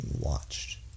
watched